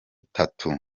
tattoo